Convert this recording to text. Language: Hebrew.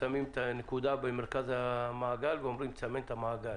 מסמנים את הנקודה במרכז המעגל ואומרים: תסמן את המעגל.